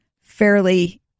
fairly